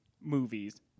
movies